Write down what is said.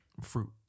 fruit